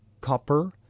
copper